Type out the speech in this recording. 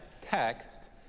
text